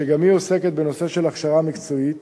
שגם היא עוסקת בנושא של הכשרה מקצועית